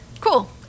Cool